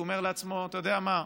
הוא אומר לעצמו: אתה יודע מה,